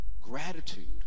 Gratitude